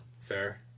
Fair